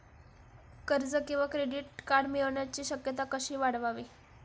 कर्ज किंवा credit card मिळण्याची शक्यता कशी वाढवावी?